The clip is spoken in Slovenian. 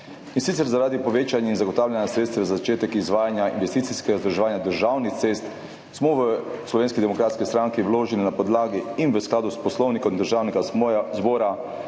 In sicer, zaradi povečanja in zagotavljanja sredstev za začetek izvajanja investicijskega vzdrževanja državnih cest smo v Slovenski demokratski stranki vložili na podlagi in v skladu s Poslovnikom Državnega zbora